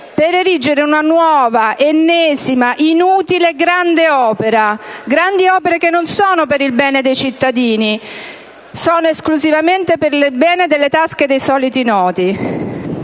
per erigere una nuova, ennesima, inutile, grande opera. Grandi opere che non sono per il bene dei cittadini, ma esclusivamente per il bene delle tasche dei soliti noti.